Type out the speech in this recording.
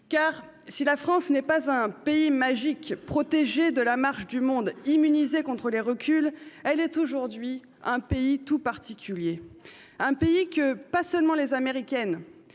Si la France n'est pas un pays magique, protégé de la marche du monde, immunisé contre les reculs, elle est aujourd'hui un pays tout particulier. Un pays que regardent non pas seulement les Américaines,